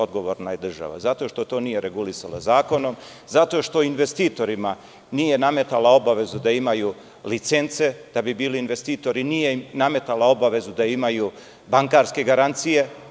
Odgovorna je država, zato što to nije regulisala zakonom, zato što investitorima nije nametala obavezu da imaju licence da bi bili investitori i nije im nametala obavezu da imaju bankarske garancije.